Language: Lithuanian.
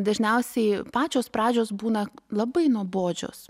dažniausiai pačios pradžios būna labai nuobodžios